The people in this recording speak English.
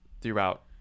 throughout